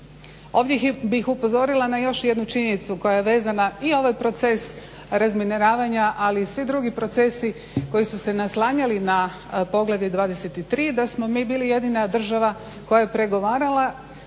Ovdje bih upozorila na još jednu činjenicu koja je vezana i ovaj proces razminiravanja, ali i svi drugi procesi koji su se naslanjali na poglavlje 23. da smo mi bili jedina država koja je pregovarala